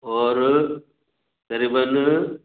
और रिबन